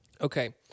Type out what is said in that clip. Okay